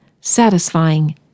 satisfying